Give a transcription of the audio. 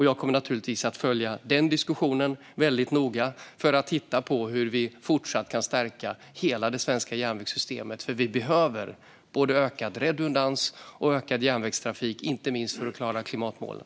Jag kommer naturligtvis att följa den diskussionen väldigt noga för att titta på hur vi fortsatt kan stärka hela det svenska järnvägssystemet. Vi behöver både ökad redundans och ökad järnvägstrafik, inte minst för att klara klimatmålen.